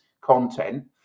content